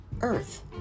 earth